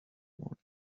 morning